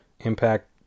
Impact